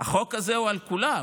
החוק הזה הוא על כולם.